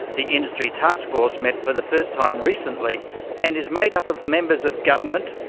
the industry taskforce met for the first time recently and is made up of members of government,